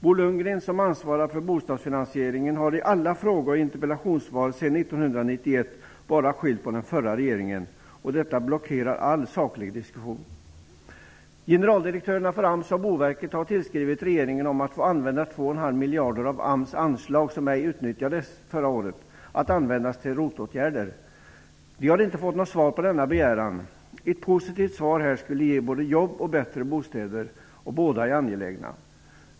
Bo Lundgren, som ansvarar för bostadsfinansieringen, har i alla fråge och interpellationsdebatter sedan 1991 bara skyllt på den förra regeringen. Detta blockerar all saklig diskussion. Generaldirektörerna för AMS och Boverket har tillskrivit regeringen om att få använda 2 1/2 miljard av AMS anslag som ej utnyttjats förra året, att användas till ROT-åtgärder. De har inte fått något svar på sin begäran. Ett positivt svar här skulle ge både jobb och bättre bostäder. Bådadera är angeläget.